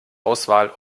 auswahl